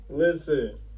Listen